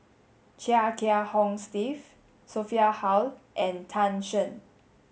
Chia Kiah Hong Steve Sophia Hull and Tan Shen